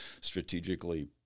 strategically